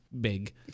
Big